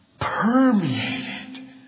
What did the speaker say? Permeated